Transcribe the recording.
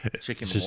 Chicken